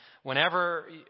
Whenever